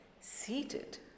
seated